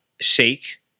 shake